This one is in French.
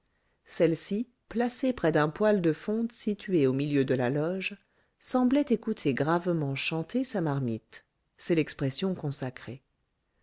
celle-ci placée près d'un poêle de fonte situé au milieu de la loge semblait écouter gravement chanter sa marmite